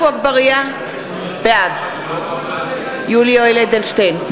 בעד יולי יואל אדלשטיין,